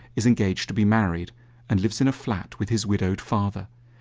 is engaged to be married and lives in a flat with his widowed father.